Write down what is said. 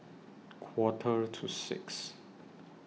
Quarter to six